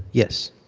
yes.